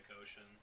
Ocean